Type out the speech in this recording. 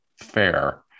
fair